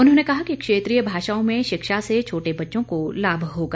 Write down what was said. उन्होंने कहा कि क्षेत्रीय भाषाओं में शिक्षा से छोटे बच्चों को लाभ होगा